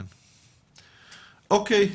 או.קיי.